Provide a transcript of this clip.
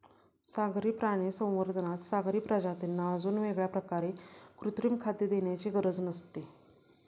सागरी प्राणी संवर्धनात सागरी प्रजातींना अजून वेगळ्या प्रकारे कृत्रिम खाद्य देण्याची गरज नसते